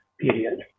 period